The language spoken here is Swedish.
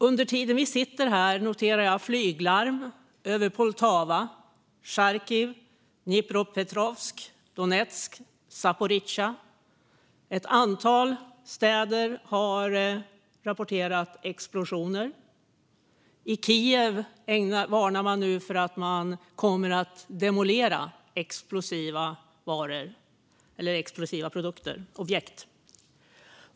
Under tiden vi sitter här noterar jag flyglarm över Poltava, Charkiv, Dnipropetrovsk, Donetsk och Zaporizjzja. Ett antal städer har rapporterat explosioner. I Kiev varnar man nu för att explosiva produkter och objekt kommer att demoleras.